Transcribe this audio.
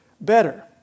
better